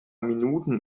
minuten